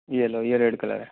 یہ لو یہ ریڈ کلر ہے